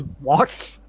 walks